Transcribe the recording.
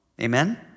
Amen